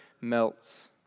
melts